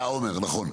אה, עומר, נכון.